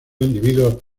individuos